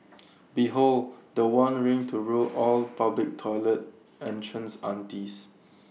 behold The One ring to rule all public toilet entrance aunties